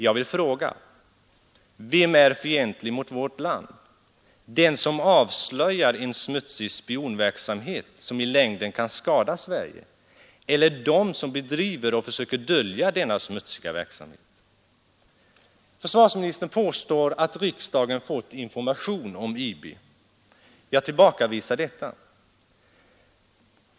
Jag vill fråga: Vem är fientlig mot vårt land, de som avslöjar en smutsig spiopverksamhet som i längden kan skada Sverige eller de som bedriver och försöker dölja denna smutsiga verksamhet? Försvarsministern påstår att riksdagen har fått information om IB. Jag tillbakavisar detta.